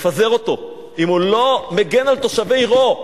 מפזר אותו אם הוא לא מגן על תושבי עירו.